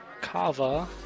kava